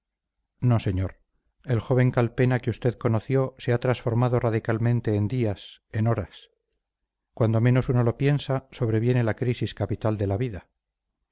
no señor el joven calpena que usted conoció se ha transformado radicalmente en días en horas cuando menos uno lo piensa sobreviene la crisis capital de la vida